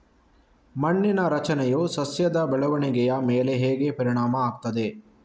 ಮಣ್ಣಿನ ರಚನೆಯು ಸಸ್ಯದ ಬೆಳವಣಿಗೆಯ ಮೇಲೆ ಹೇಗೆ ಪರಿಣಾಮ ಆಗ್ತದೆ?